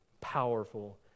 powerful